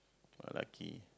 ah lucky